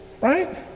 right